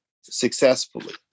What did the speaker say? successfully